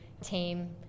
team